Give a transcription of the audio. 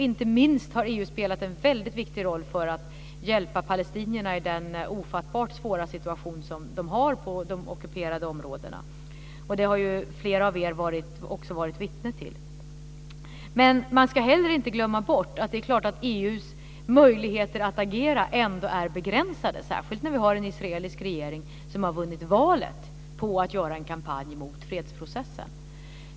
Inte minst har EU spelat en väldigt viktig roll för att hjälpa palestinierna i den ofattbart svåra situation som de befinner sig i på de ockuperade områdena, vilket en del av er också har varit vittnen till. Men man ska inte glömma bort att EU:s möjligheter att agera ändå är begränsade, särskilt när det är en israelisk regering som har vunnit valet på att föra en kampanj mot fredsprocessen.